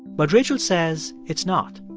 but rachel says it's not.